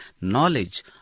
knowledge